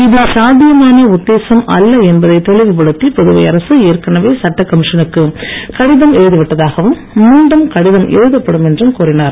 இது சாத்தியமான உத்தேசம் அல்ல என்பதை தெளிவுபடுத்தி புதுவை அரசு ஏற்கனவே சட்ட கமிஷனுக்கு கடிதம் எழுதி விட்டதாகவும் மீண்டும் கடிதம் எழுதப்படும் என்றும் கூறினார்